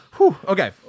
Okay